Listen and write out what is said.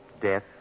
death